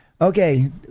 Okay